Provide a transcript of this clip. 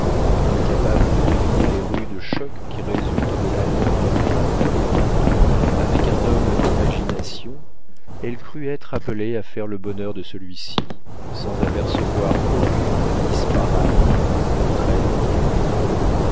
incapable de deviner les rudes chocs qui résultent de l'alliance d'une femme aimante avec un homme d'imagination elle crut être appelée à faire le bonheur de celui-ci sans apercevoir aucune disparate entre elle et lui